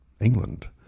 England